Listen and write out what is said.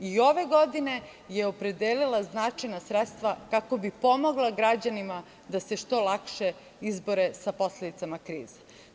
I ove godine je opredelila značajna sredstva kako bi pomogla građanima da se što lakše izbore sa posledicama krize.